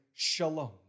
shalom